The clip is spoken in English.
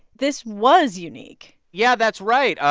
this was unique yeah, that's right.